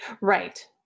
right